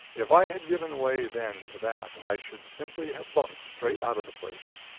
if i had given way then to that, i should simply have bunked straight out of the place.